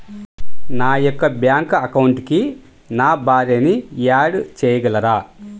నా యొక్క బ్యాంక్ అకౌంట్కి నా భార్యని యాడ్ చేయగలరా?